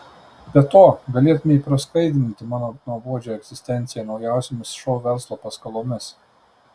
be to galėtumei praskaidrinti mano nuobodžią egzistenciją naujausiomis šou verslo paskalomis